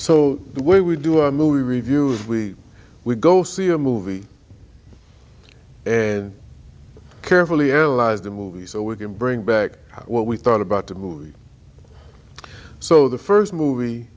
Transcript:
when we do a movie reviews we we go see a movie and carefully analyzed the movie so we can bring back what we thought about the movie so the first movie